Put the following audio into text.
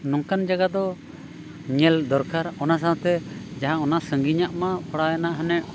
ᱱᱚᱝᱠᱟᱱ ᱡᱟᱭᱜᱟ ᱫᱚ ᱧᱮᱞ ᱫᱚᱨᱠᱟᱨ ᱚᱱᱟ ᱥᱟᱶ ᱛᱮ ᱡᱟᱦᱟᱸ ᱚᱱᱟ ᱥᱟᱺᱜᱤᱧᱟᱜ ᱢᱟ ᱯᱟᱲᱟᱣ ᱮᱱᱟ ᱦᱟᱱᱮ